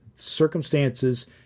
circumstances